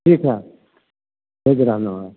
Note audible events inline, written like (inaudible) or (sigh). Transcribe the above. ठीक हइ (unintelligible)